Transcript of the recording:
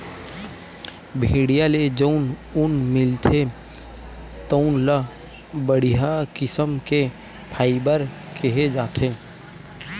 भेड़िया ले जउन ऊन मिलथे तउन ल बड़िहा किसम के फाइबर केहे जाथे